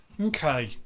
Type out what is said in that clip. Okay